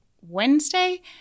Wednesday